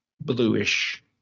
bluish